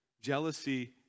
Jealousy